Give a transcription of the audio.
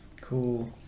Cool